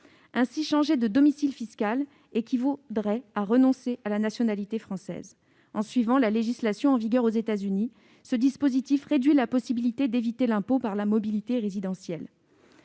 Ainsi, changer de domicile fiscal équivaudrait à renoncer à la nationalité française. En suivant la législation en vigueur aux États-Unis, ce dispositif réduit la possibilité d'éviter l'impôt par la mobilité résidentielle.